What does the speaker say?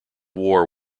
war